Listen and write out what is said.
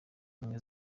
ubumwe